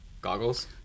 goggles